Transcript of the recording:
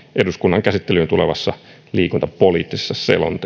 eduskunnan käsittelyyn tulevassa liikuntapoliittisessa selonteossa